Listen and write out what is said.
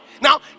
now